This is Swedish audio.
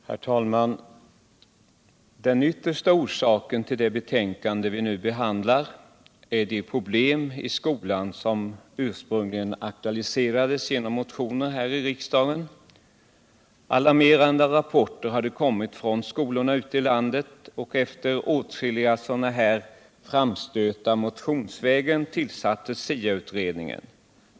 Herr talman! Den vuersta orsaken till det betänkande vi nu behandlar är de problem i skolan som ursprungligen aktualiserades genom motioner här i riksdagen. Alarmerande rapporter hade kommit från skolorna ute I landet. Nytt statsbidrag Nytt statsbidrag och efter åtskilliga sådana här framstötar mouonsvägen tillsattes SIA utredningen.